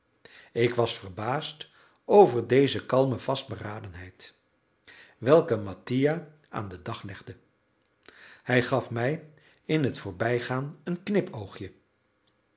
ik was verbaasd over deze kalme vastberadenheid welke mattia aan den dag legde hij gaf mij in het voorbijgaan een knipoogje